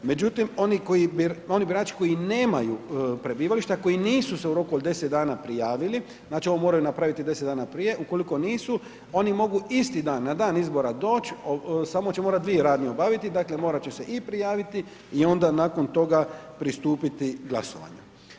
Međutim, oni birači koji nemaju prebivališta, koji nisu se u roku od 10 dana prijavili, znači, ovo moraju napraviti 10 dana prije, ukoliko nisu, oni mogu isti dan na dan izbora doć, samo će morat dvije radnje obaviti, dakle, morat će se i prijaviti i onda nakon toga pristupiti glasovanju.